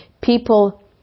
people